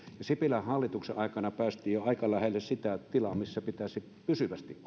sipilän hallituksen aikana päästiin jo aika lähelle sitä tilaa missä pitäisi pysyvästi